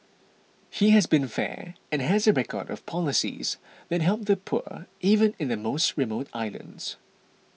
he has been fair and has a record of policies that help the poor even in the most remote islands